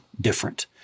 different